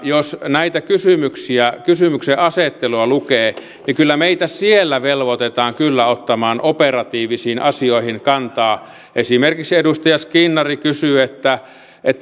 jos näitä kysymyksenasetteluja lukee niin kyllä meitä siellä velvoitetaan ottamaan operatiivisiin asioihin kantaa esimerkiksi edustaja skinnari kysyy